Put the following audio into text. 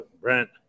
Brent